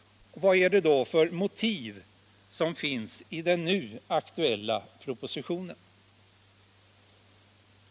Vad är det då för motiv som finns i den nu aktuella propositionen?